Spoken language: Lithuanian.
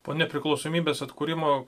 po nepriklausomybės atkūrimo